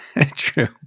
True